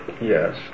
Yes